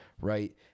right